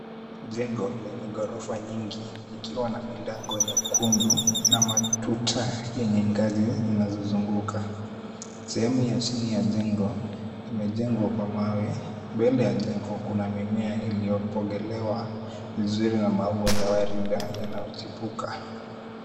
Jengo lenye ghorofa nyingi likiwa na milango nyekundu na matuta yenye ngazi zinazozunguka. Sehemu ya chini ya jengo imejengwa kwa mawe. Mbele ya jengo kuna mimea iliyopogelewa vizuri na maua ya waridi yanayochipuka.